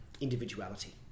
individuality